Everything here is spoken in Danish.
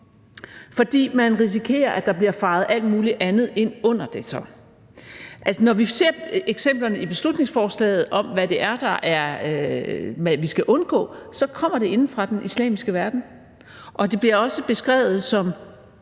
for man risikerer, at der så bliver fejet alt muligt andet ind under det. Altså, når vi ser eksemplerne i beslutningsforslaget på, hvad det er, vi skal undgå, så kommer det inde fra den islamiske verden. Det bliver også beskrevet som